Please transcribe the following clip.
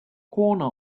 corner